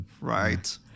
Right